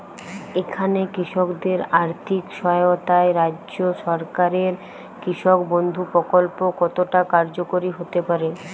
এখানে কৃষকদের আর্থিক সহায়তায় রাজ্য সরকারের কৃষক বন্ধু প্রক্ল্প কতটা কার্যকরী হতে পারে?